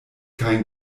kein